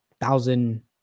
thousand